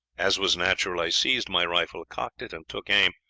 as was natural, i seized my rifle, cocked it, and took aim,